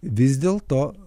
vis dėlto